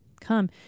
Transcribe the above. come